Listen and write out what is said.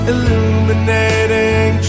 Illuminating